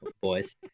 boys